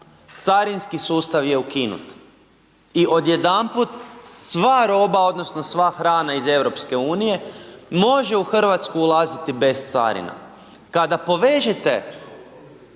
carinski sustav je ukinut i odjedanput sva roba odnosno sva hrana iz EU može u Hrvatsku ulaziti bez carina. Kada povežete